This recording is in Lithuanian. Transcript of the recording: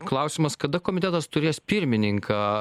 klausimas kada komitetas turės pirmininką